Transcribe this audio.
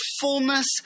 fullness